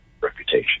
reputation